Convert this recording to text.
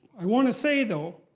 i want to say, though,